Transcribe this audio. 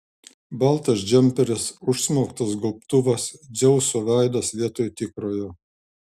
baltas džemperis užsmauktas gobtuvas dzeuso veidas vietoj tikrojo